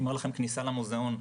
אומר לכם כניסה למוזיאון.